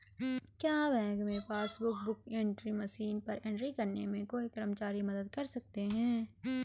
क्या बैंक में passbook book entry machine पर एंट्री करने में कोई कर्मचारी मदद कर सकते हैं?